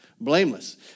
blameless